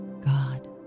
God